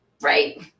right